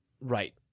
Right